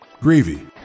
Gravy